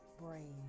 brain